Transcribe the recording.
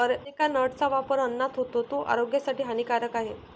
areca नटचा वापर अन्नात होतो, तो आरोग्यासाठी हानिकारक आहे